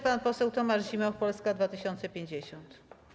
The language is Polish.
Pan poseł Tomasz Zimoch, Polska 2050.